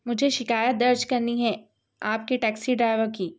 مجھے شکایت درج کرنی ہے آپ کے ٹیکسی ڈرائیور کی